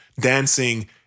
dancing